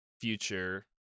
future